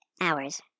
hours